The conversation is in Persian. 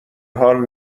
حال